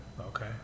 Okay